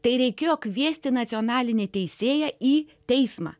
tai reikėjo kviesti nacionalinį teisėją į teismą